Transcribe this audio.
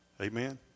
Amen